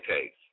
takes